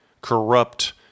corrupt